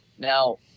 Now